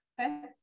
Okay